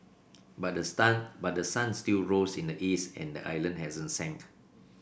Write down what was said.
but the stun but the sun still rose in the east and the island hasn't sunk